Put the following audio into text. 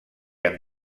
amb